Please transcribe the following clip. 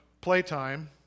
playtime